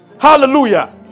Hallelujah